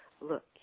look